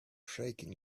shaking